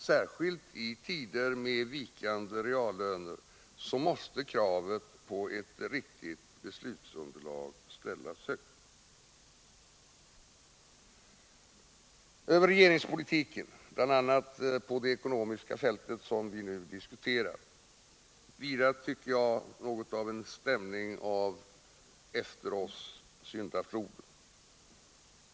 Särskilt i tider med vikande reallöner måste kravet på ett riktigt beslutsunderlag ställas högt. Över regeringspolitiken — bl.a. på det ekonomiska fältet som vi nu diskuterar — vilar, tycker jag, en stämning av ”efter oss syndafloden”.